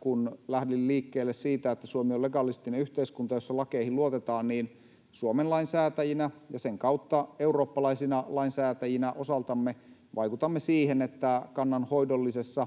kun lähdin liikkeelle siitä, että Suomi on legalistinen yhteiskunta, jossa lakeihin luotetaan, että Suomen lainsäätäjinä ja sen kautta eurooppalaisina lainsäätäjinä osaltamme vaikutamme siihen, että kannanhoidollisessa